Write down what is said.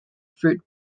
fruit